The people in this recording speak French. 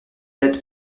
être